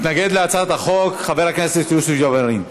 מתנגד להצעת החוק חבר הכנסת יוסף ג'בארין.